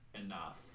enough